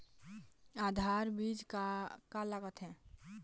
आधार बीज का ला कथें?